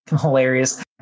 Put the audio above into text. Hilarious